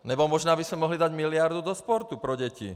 Nebo možná bychom mohli dát miliardu do sportu pro děti.